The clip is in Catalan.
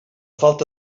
falta